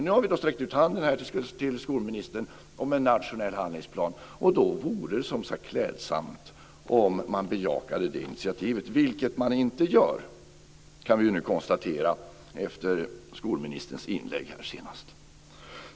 Nu har vi sträckt ut handen till skolministern med en nationell handlingsplan, och då vore det som sagt klädsamt om man bejakade det initiativet - vilket man inte gör. Det kan vi nu konstatera efter skolministerns senaste inlägg.